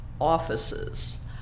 offices